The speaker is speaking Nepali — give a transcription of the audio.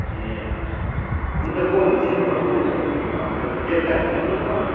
ए अच्छा अच्छा हुन्छ म लिनु पठाउँदैछु बेल् बेलुका हुन्छ नि अङ्कल